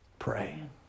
Pray